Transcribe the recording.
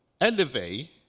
elevate